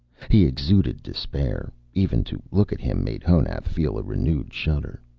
he exuded despair even to look at him made honath feel a renewed shudder.